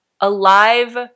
alive